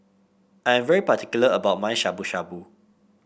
I am very particular about my Shabu Shabu